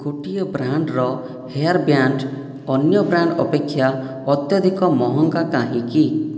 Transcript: ଗୋଟିଏ ବ୍ରାଣ୍ଡର hair band ଅନ୍ୟ ବ୍ରାଣ୍ଡ ଅପେକ୍ଷା ଅତ୍ୟଧିକ ମହଙ୍ଗା କାହିଁକି